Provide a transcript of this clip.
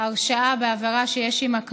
(הרשעה בעבירה שיש עימה קלון)